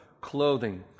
clothing